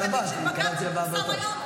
קארין לא פה.